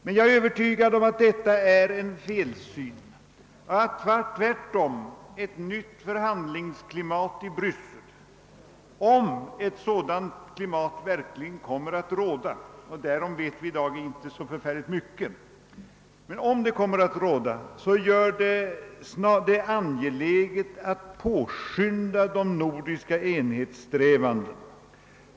Men jag är övetygad om att detta är en felsyn och att, tvärtom, om ett nytt förhandlingsklimat i Bryssel verkligen kommer att råda — och därom vet vi inte så särskilt mycket — detta skulle göra det dubbelt angeläget att i stället påskynda de nordiska enhetssträvandena.